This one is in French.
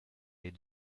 les